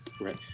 Right